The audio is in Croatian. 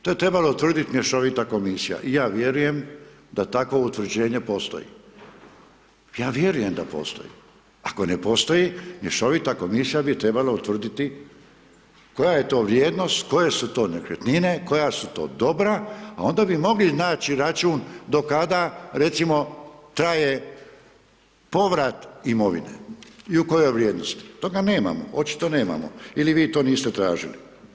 To je trebala utvrditi mješovita komisija i ja vjerujem da takvo utvrđenje postoji, ja vjerujem da postoji, ako ne postoji, mješovita komisija bi trebala utvrditi koja je to vrijednost, koje su to nekretnine, koja su to dobra, a onda bi mogli naći račun do kada, recimo, traje povrat imovine i u kojoj vrijednosti, toga nemamo, očito nemamo ili vi to niste tražili.